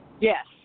yes